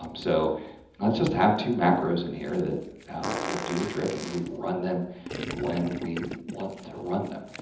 um so let's just have two macros in here, that will do the trick, and we run them when we want to run them,